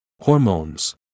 hormones